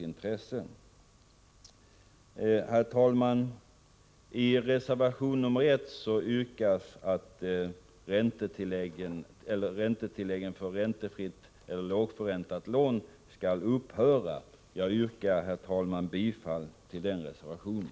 I reservation 1 yrkas att räntetilläggen för räntefritt eller lågförräntat lån skall slopas. Jag yrkar, herr talman, bifall till den reservationen.